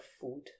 food